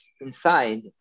inside